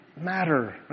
matter